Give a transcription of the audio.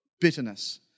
Bitterness